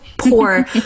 poor